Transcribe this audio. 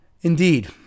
Indeed